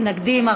מתנגדים,